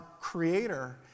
Creator